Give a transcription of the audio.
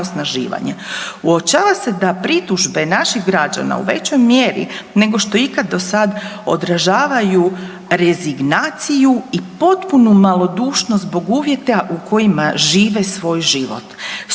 Uočava se da pritužbe naših građana u većoj mjeri nego što je ikad do sad odražavaju rezignaciju i potpunu malodušnost zbog uvjeta u kojima žive svoj život.